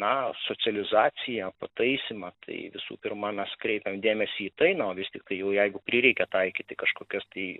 na socializaciją pataisymą tai visų pirma mes kreipiam dėmesį į tai na o vis tiktai jau jeigu prireikia taikyti kažkokias tai